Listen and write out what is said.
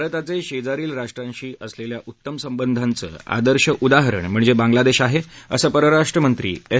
भारताचे शेजारील राष्ट्रांशी असलेल्या उत्तम संबंधांचं आदर्श उदाहरण म्हणजे बांग्लादेश आहे असं परराष्ट्रमंत्री एस